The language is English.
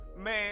Man